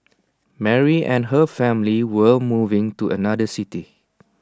Mary and her family were moving to another city